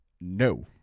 No